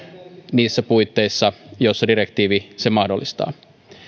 niissä puitteissa joissa direktiivi sen mahdollistaa